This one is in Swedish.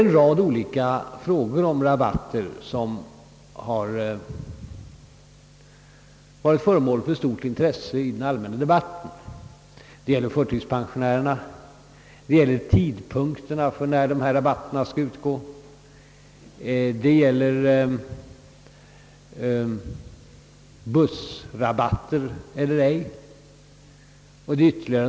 En rad olika frågor om rabatter har varit föremål för stort intresse i den allmänna debatten: rabatter åt förtidspensionärer, tidpunkten för när rabatter skall utgå, bussrabatter etc.